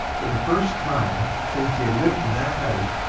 for the first time since he had lived in that house,